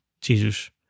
Jesus